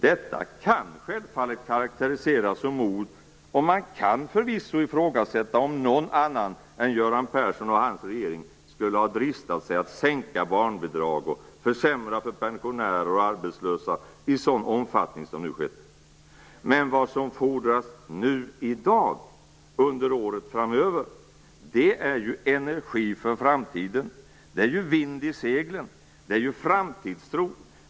Detta kan självfallet karaktäriseras som mod, och man kan förvisso ifrågasätta om någon annan än Göran Persson och hans regering skulle ha dristat sig att sänka barnbidrag och försämra för pensionärer och arbetslösa i en sådan omfattning som nu skett. Men vad som fordras nu i dag, och under året framöver, är ju energi för framtiden. Det är ju vind i seglen. Det är ju framtidstro.